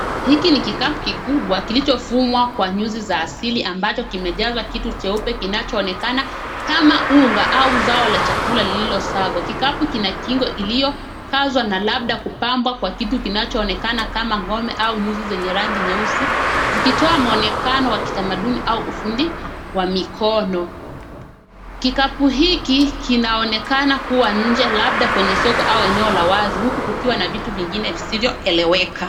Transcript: Hiki ni kikapu kikubwa kilicho fumwa kwa nyuzi za asili ambacho kimejaswa kitu jeupe kinachoonekana kama ungaa au zao la chakula lililosangwa. Kikapu kina kingo iliokazwa au labda kupambwa kwa kitu kinachoonekana kama ngome au nyuzo zenye rangi nyeusi ,zikitoa muonekano wa utamaduni au ufundi wa mikono. Kikapu hiki kinaonekana kuwa nje labda kwenye soko au eneo la wazi ,huku kukiwa na vitu vingine visivyo eleweka